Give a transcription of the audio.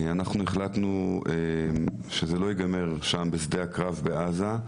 והחלטנו שזה לא ייגמר שם, בשדה הקרב בעזה.